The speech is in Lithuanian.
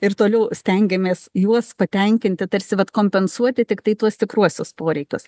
ir toliau stengiamės juos patenkinti tarsi vat kompensuoti tiktai tuos tikruosius poreikius